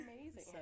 Amazing